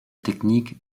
technique